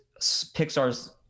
pixar's